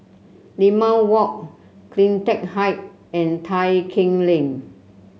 Limau Walk CleanTech Height and Tai Keng Lane